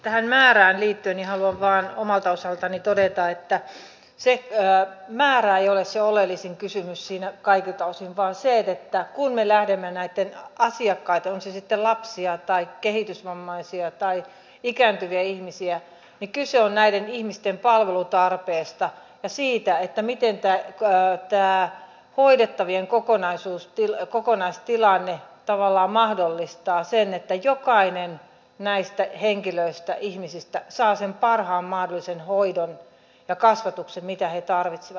tähän määrään liittyen haluan vain omalta osaltani todeta että se määrä ei ole se oleellisin kysymys siinä kaikilta osin vaan se että kun me lähdemme näistä asiakkaista ovat ne sitten lapsia tai kehitysvammaisia tai ikääntyviä ihmisiä niin kyse on näiden ihmisten palvelutarpeesta ja siitä miten tämä hoidettavien kokonaistilanne tavallaan mahdollistaa sen että jokainen näistä henkilöistä ihmisistä saa sen parhaan mahdollisen hoidon ja kasvatuksen mitä he tarvitsevat